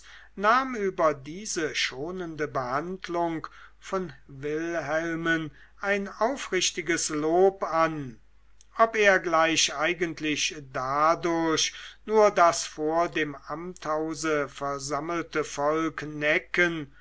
nahm über diese schonende behandlung von wilhelmen ein aufrichtiges lob an ob er gleich eigentlich dadurch nur das vor dem amthause versammelte volk necken